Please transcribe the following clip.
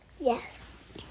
Yes